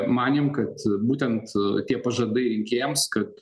manėm kad būtent tie pažadai rinkėjams kad